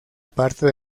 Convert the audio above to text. parte